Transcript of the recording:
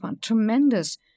tremendous